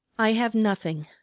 i have nothing,